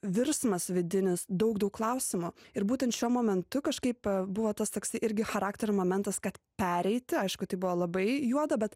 virsmas vidinis daug daug klausimų ir būtent šiuo momentu kažkaip buvo tas toksai irgi charakterio momentas kad pereiti aišku tai buvo labai juoda bet